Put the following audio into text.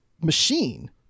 machine